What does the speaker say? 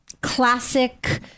classic